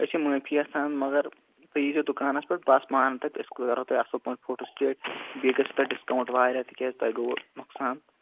أسۍ چھِ معٲفی یَژھان مگر تُہۍ یٖیزیو دُکانَس پٮ۪ٹھ بہٕ آسہٕ پانہٕ تَتہِ أسۍ کَرو تۄہہِ اَصٕل پَہَم فوٹوسٹیٹ بیٚیہِ گَژھِوُ تۄہہِ ڈِسکاوُنٛٹ واریاہ تِکیٛاز تۄہہِ گوٚووُ نۄقصان